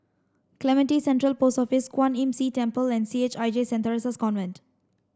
Clementi Central Post Office Kwan Imm See Temple and C H I J center Theresa's Convent